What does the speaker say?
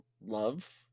love